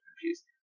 confused